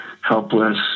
Helpless